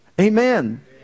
Amen